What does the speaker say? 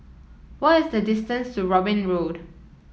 what is the distance to Robin Road